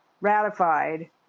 ratified